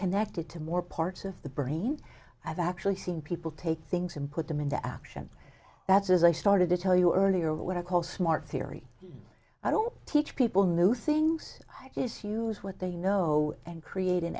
connected to more parts of the brain i've actually seen people take things and put them into action that's as i started to tell you earlier what i call smart theory i don't teach people new things is use what they know and create an